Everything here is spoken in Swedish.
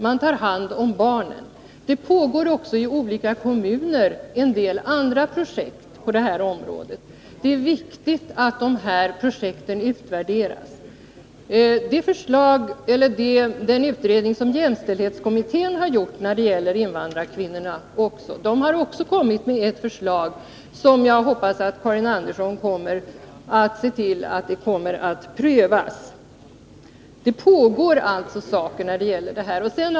Man tar hand om barnen. Det finns också i olika kommuner en hel del andra projekt på detta område. Det är viktigt att de här projekten utvärderas. Den utredning som jämställdhetskommittén har gjort när det gäller invandrarkvinnorna har kommit med ett förslag, och jag hoppas att Karin Andersson ser till att det förslaget kommer att prövas.